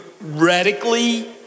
radically